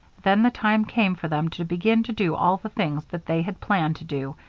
then the time came for them to begin to do all the things that they had planned to do,